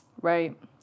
Right